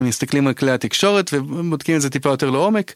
מסתכלים על כלי התקשורת ובודקים את זה טיפה יותר לעומק.